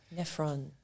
Nephron